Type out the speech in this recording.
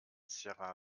sierra